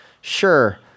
Sure